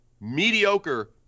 Mediocre